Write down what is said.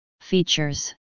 Features